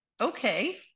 okay